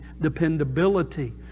dependability